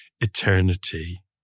eternity